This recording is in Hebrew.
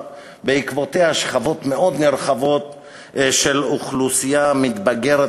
בעקבותיה שכבות מאוד נרחבות של אוכלוסייה מתבגרת,